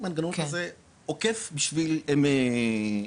מנגנון כזה עוקף בשביל לספק.